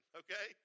okay